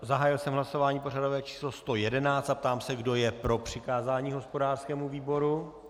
Zahájil jsem hlasování pořadové číslo 111 a ptám se, kdo je pro přikázání hospodářskému výboru.